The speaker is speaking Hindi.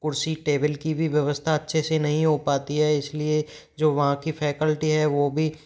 कुर्सी टेबल की भी व्यवस्था अच्छे से नहीं हो पाती है इस लिए जो वहाँ की फ़ैकल्टी है वो भी